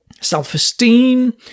Self-esteem